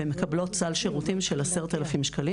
והן מקבלות סל שירותים של 10,000 שקלים.